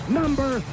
number